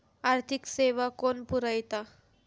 आर्थिक सेवा कोण पुरयता?